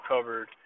covered